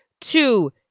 two